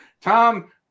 Tom